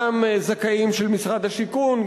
גם זכאים של משרד השיכון,